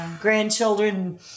grandchildren